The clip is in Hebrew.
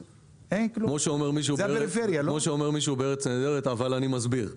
כמו שאומר מישהו בארץ נהדרת "אבל אני מסביר".